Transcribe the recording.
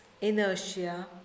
inertia